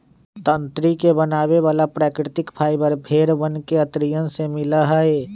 तंत्री के बनावे वाला प्राकृतिक फाइबर भेड़ वन के अंतड़ियन से मिला हई